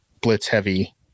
blitz-heavy